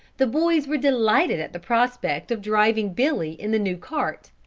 the boys were delighted at the prospect of driving billy in the new cart.